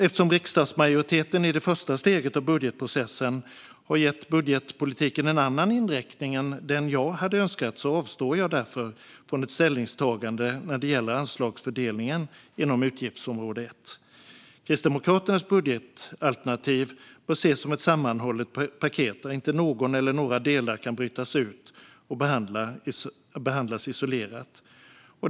Eftersom riksdagsmajoriteten i det första steget av budgetprocessen har gett budgetpolitiken en annan inriktning än den jag hade önskat avstår jag därför från ett ställningstagande när det gäller anslagsfördelningen inom utgiftsområde 1. Kristdemokraternas budgetalternativ bör ses som ett sammanhållet paket där inte någon eller några delar kan brytas ut och behandlas isolerat.